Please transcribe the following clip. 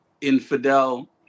infidel